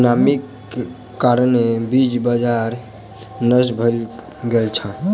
सुनामीक कारणेँ बीज बाजार नष्ट भ गेल छल